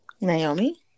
Naomi